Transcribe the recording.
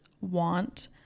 want